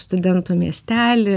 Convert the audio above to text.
studentų miestelį